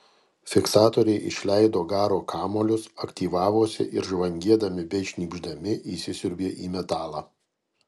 fiksatoriai išleido garo kamuolius aktyvavosi ir žvangėdami bei šnypšdami įsisiurbė į metalą